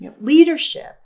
Leadership